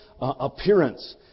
appearance